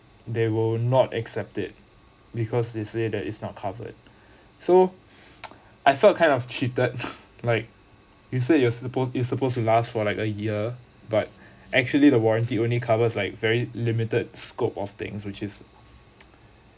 they will not accept it because it says that is not covered so I felt kind of cheated like you said you suppose you suppose to last for like a year but actually the warranty only covers like very limited scope of things which is